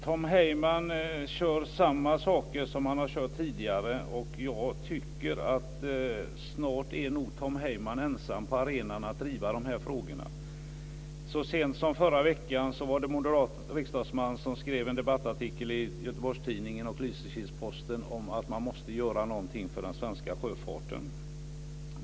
Tom Heyman kör med samma saker som han har gjort tidigare. Jag tror att Tom Heyman snart är ensam på arenan om att driva dessa frågor. Så sent som förra veckan var det en moderat riksdagsman som skrev en debattartikel i Göteborgstidningen och i Lysekilsposten om att något måste göras för den svenska sjöfarten.